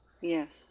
Yes